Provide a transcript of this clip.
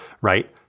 right